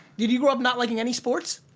did you grow up not liking any sports?